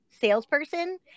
salesperson